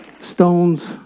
stones